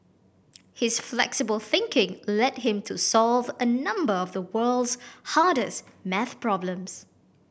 his flexible thinking led him to solve a number of the world's hardest maths problems